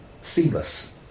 seamless